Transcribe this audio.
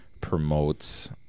promotes